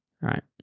right